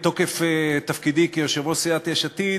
בתוקף תפקידי כיושב-ראש סיעת יש עתיד,